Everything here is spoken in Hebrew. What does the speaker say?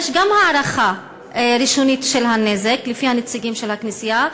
יש גם הערכה ראשונית של הנזק לפי הנציגים של הכנסייה,